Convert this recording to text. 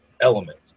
element